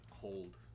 cold